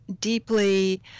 deeply